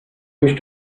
used